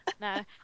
No